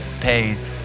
pays